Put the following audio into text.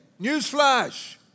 newsflash